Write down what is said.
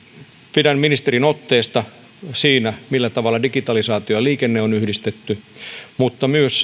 pidän ministerin otteesta siinä millä tavalla digitalisaatio ja liikenne on yhdistetty mutta myös